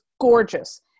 gorgeous